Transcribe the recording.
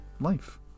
life